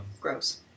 gross